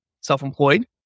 self-employed